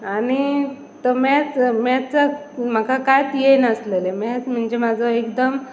आनी तो मॅथसाक म्हाका कांयच येय नासलेलें मॅथस म्हणजे म्हाजो एकदम